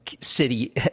city